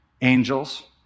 angels